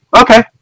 Okay